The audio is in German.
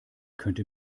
könnte